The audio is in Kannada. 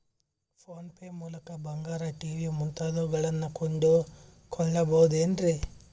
ಫೋನ್ ಪೇ ಮೂಲಕ ಬಂಗಾರ, ಟಿ.ವಿ ಮುಂತಾದವುಗಳನ್ನ ಕೊಂಡು ಕೊಳ್ಳಬಹುದೇನ್ರಿ?